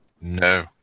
No